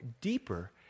deeper